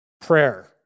prayer